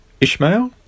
Ishmael